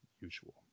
usual